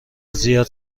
زیاد